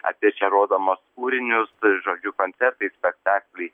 apie čia rodomus kūrinius žodžiu koncertai spektakliai